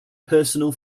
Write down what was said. personal